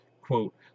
Quote